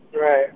Right